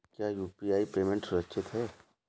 क्या UPI payment सुरक्षित है?